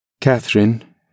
Catherine